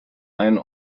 ein